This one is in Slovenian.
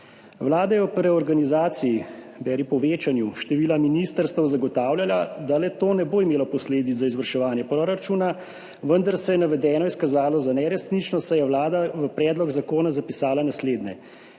Vlada je ob reorganizaciji, beri povečanju števila ministrstev, zagotavljala, da le-to ne bo imelo posledic za izvrševanje proračuna, vendar se je navedeno izkazalo za neresnično, saj je Vlada v predlog zakona zapisala naslednje: